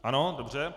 Ano, dobře.